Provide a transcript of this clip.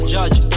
Judge